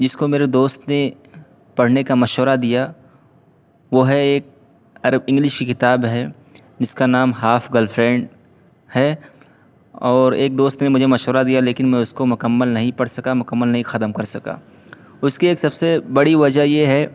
جس کو میرے دوست نے پڑھنے کا مشورہ دیا وہ ہے ایک عرب انگلش کی کتاب ہے جس کا نام ہاف گرلفرینڈ ہے اور ایک دوست نے مجھے مشورہ دیا لیکن میں اس کو مکمل نہیں پڑھ سکا مکمل نہیں ختم کر سکا اس کی ایک سب سے بڑی وجہ یہ ہے